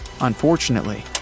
Unfortunately